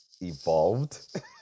evolved